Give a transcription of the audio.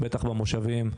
כ"א בתמוז התשפ"ג,